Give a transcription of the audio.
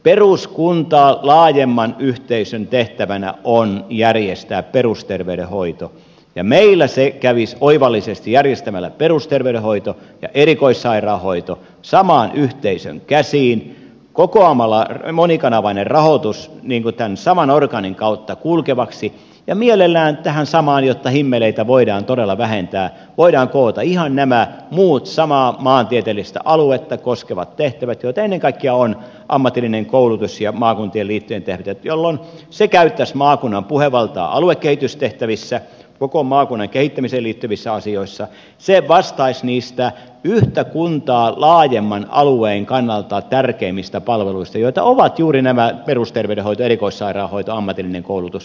peruskuntaa laajemman yhteisön tehtävänä on järjestää perusterveydenhoito ja meillä se kävisi oivallisesti järjestämällä perusterveydenhoito ja erikoissairaanhoito saman yhteisön käsiin kokoamalla monikanavainen rahoitus tämän saman orgaanin kautta kulkevaksi ja mielellään tähän samaan jotta himmeleitä voidaan todella vähentää voidaan koota ihan nämä muut samaa maantieteellistä aluetta koskevat tehtävät joita ennen kaikkea ovat ammatillinen koulutus ja maakuntien liittojen tehtävät jolloin tämä taho käyttäisi maakunnan puhevaltaa aluekehitystehtävissä koko maakunnan kehittämiseen liittyvissä asioissa se vastaisi niistä yhtä kuntaa laajemman alueen kannalta tärkeimmistä palveluista näistä tehtävistä joita ovat juuri nämä perusterveydenhoito erikoissairaanhoito ammatillinen koulutus